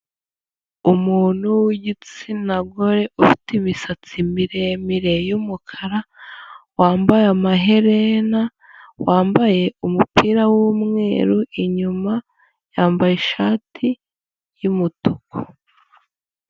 Umuntu w'igitsina gore, ufite imisatsi miremire y'umukara, wambaye amaherena, wambaye umupira w'umweru inyuma, yambaye ishati y'umutuku.